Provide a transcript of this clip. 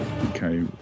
Okay